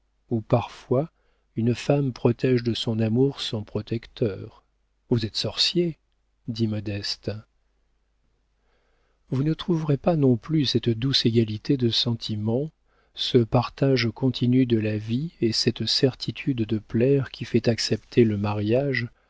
où parfois une femme protége de son amour son protecteur vous êtes sorcier dit modeste vous ne trouverez pas non plus cette douce égalité de sentiments ce partage continu de la vie et cette certitude de plaire qui fait accepter le mariage